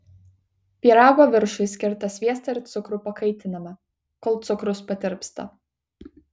pyrago viršui skirtą sviestą ir cukrų pakaitiname kol cukrus patirpsta